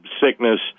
sickness